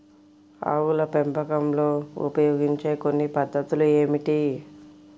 ఆవుల పెంపకంలో ఉపయోగించే కొన్ని కొత్త పద్ధతులు ఏమిటీ?